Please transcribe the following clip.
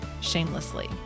shamelessly